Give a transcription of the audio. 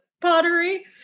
pottery